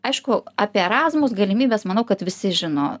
aišku apie erasmus galimybes manau kad visi žino